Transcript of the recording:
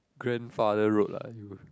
grandfather road lah you